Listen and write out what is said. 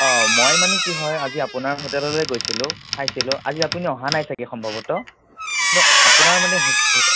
অঁ মই মানে কি হয় আজি আপোনাৰ হোটেললৈ গৈছিলোঁ চাইছিলোঁ আজি আপুনি অহা নাই চাগৈ সম্ভৱতঃ আপোনাৰ মানে